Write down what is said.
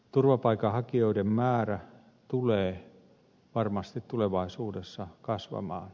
turvapaikanhakijoiden määrä tulee varmasti tulevaisuudessa kasvamaan